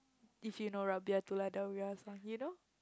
if you know Rabiah Adawiyah song you know